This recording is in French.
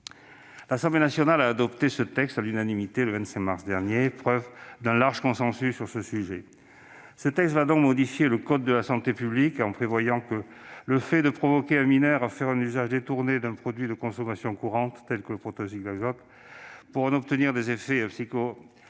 L'Assemblée nationale a adopté cette proposition de loi à l'unanimité le 25 mars dernier, preuve d'un large consensus sur ce sujet. Ce texte va donc modifier le code de la santé publique, en prévoyant que le fait de provoquer un mineur à faire un usage détourné d'un produit de consommation courante, tel que le protoxyde d'azote, pour en obtenir des effets psychoactifs,